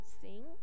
sing